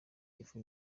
gifu